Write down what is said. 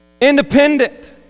Independent